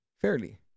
fairly